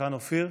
היכן אופיר?